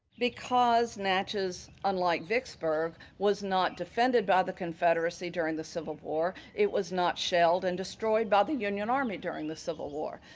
because natchez, unlike vicksburg, was not defended by the confederacy during the civil war, it was not shelled and destroyed by the union army during the civil war,